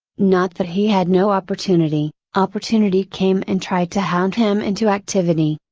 not that he had no opportunity, opportunity came and tried to hound him into activity.